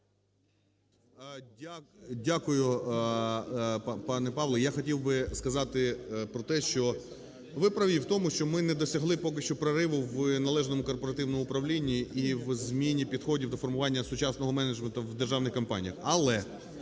Дякую, пане Павло! Я хотів би сказати про те, що ви праві в тому, що ми не досягли поки що прориву в належному корпоративному управлінні і в зміні підходів до формування сучасного менеджменту в державних компаніях.